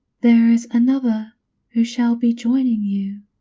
there is another who shall be joining you.